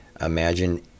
Imagine